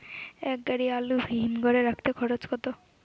এক গাড়ি আলু হিমঘরে রাখতে খরচ কত?